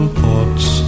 thoughts